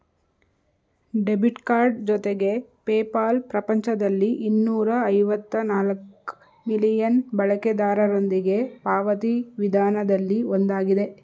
debit card ಜೊತೆಗೆ PayPal ಪ್ರಪಂಚದಲ್ಲಿ ಇನ್ನೂರ ಐವತ್ತ ನಾಲ್ಕ್ ಮಿಲಿಯನ್ ಬಳಕೆದಾರರೊಂದಿಗೆ ಪಾವತಿ ವಿಧಾನದಲ್ಲಿ ಒಂದಾಗಿದೆ